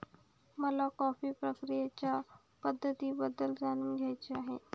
मला कॉफी प्रक्रियेच्या पद्धतींबद्दल जाणून घ्यायचे आहे